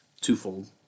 twofold